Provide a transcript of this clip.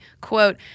quote